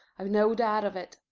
i've no doubt of it.